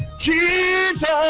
Jesus